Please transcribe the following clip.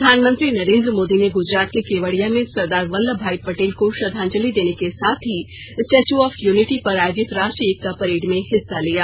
प्रधानमंत्री नरेन्द्र मोदी ने गुजरात के केवड़िया में सरदार बल्लभ भाई पटेल को श्रद्वांजलि देने के साथ ही स्टैच् ऑफ यूनिटी पर आयोजित राष्ट्रीय एकता परेड में हिस्सा लिया